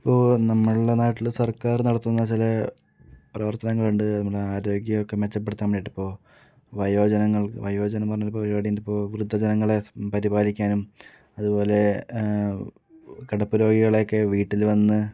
ഇപ്പോൾ നമ്മളുടെ നാട്ടിൽ സർക്കാർ നടത്തുന്ന ചില പ്രവർത്തനങ്ങളുണ്ട് നമ്മുടെ ആരോഗ്യമൊക്കെ മെച്ചപ്പെടുത്താൻ വെട്ടപ്പോ വയോജനങ്ങൾക്ക് വയോജനം പറഞ്ഞൊരു പരിപാടി ഉണ്ട് ഇപ്പോൾ വൃദ്ധജനങ്ങളെ പരിപാലിക്കാനും അതുപോലെ കിടപ്പ് രോഗികളെയൊക്കെ വീട്ടിൽ വന്ന്